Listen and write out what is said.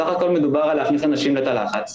בסך הכל מדובר על להכניס אנשים לתא לחץ,